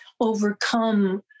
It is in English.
overcome